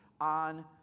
on